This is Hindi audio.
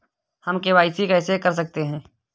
हम के.वाई.सी कैसे कर सकते हैं?